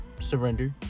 surrender